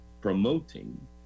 promoting